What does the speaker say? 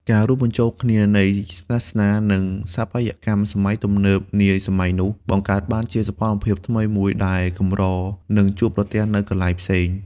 ការរួមបញ្ចូលគ្នានៃសាសនា និងស្ថាបត្យកម្មសម័យទំនើបនាសម័យនោះ បង្កើតបានជាសោភ័ណភាពថ្មីមួយដែលកម្រនឹងជួបប្រទះនៅកន្លែងផ្សេង។